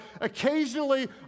occasionally